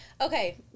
Okay